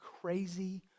crazy